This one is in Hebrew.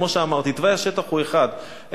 כמו שאמרתי, תוואי השטח הוא אחד.